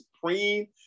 supreme